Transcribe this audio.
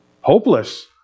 Hopeless